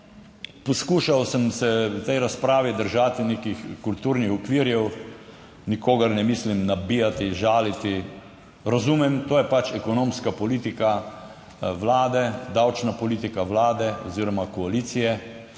poskušal sem se v tej razpravi držati nekih kulturnih okvirjev, nikogar ne mislim nabijati, žaliti. Razumem, to je pač ekonomska politika vlade, davčna politika vlade oziroma koalicije